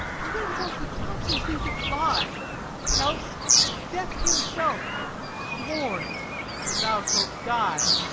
and therewithall he counsels thee to fly else death himself hath sworn that thou shalt die.